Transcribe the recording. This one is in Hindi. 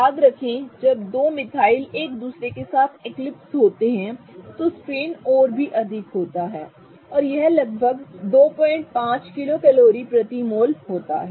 याद रखें जब दो मिथाइल एक दूसरे के साथ एक्लिप्स होते हैं तो स्ट्रेन और भी अधिक होता है और यह लगभग 25 किलो कैलोरी प्रति मोल होता है